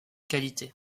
qualité